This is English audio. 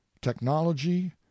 technology